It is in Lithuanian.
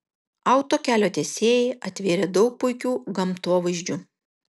autokelio tiesėjai atvėrė daug puikių gamtovaizdžių